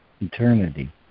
eternity